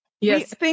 Yes